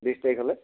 বিছ তাৰিখলৈ